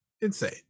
insane